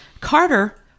Carter